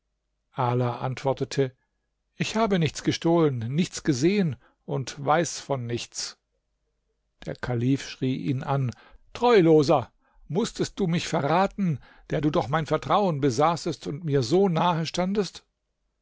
ala antwortete ich habe nichts gestohlen nichts gesehen und weiß von nichts der kalif schrie ihn an treuloser mußtest du mich verraten der du doch mein vertrauen besaßest und mir so nahe standest